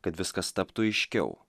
kad viskas taptų aiškiau